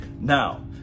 Now